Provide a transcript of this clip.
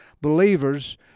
believers